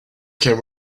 came